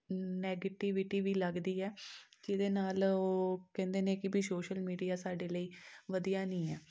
negativity ਵੀ ਲੱਗਦੀ ਹੈ ਜਿਹਦੇ ਨਾਲ ਉਹ ਕਹਿੰਦੇ ਨੇ ਕਿ ਵੀ ਸੋਸ਼ਲ ਮੀਡੀਆ ਸਾਡੇ ਲਈ ਵਧੀਆ ਨਹੀਂ ਹੈ